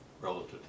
Relative